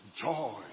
Joy